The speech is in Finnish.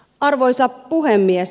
arvoisa puhemies